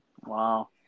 Wow